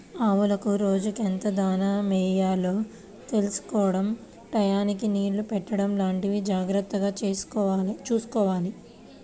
ఆవులకు రోజుకెంత దాణా యెయ్యాలో తెలుసుకోడం టైయ్యానికి నీళ్ళు పెట్టడం లాంటివి జాగర్తగా చూసుకోవాలి